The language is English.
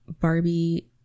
Barbie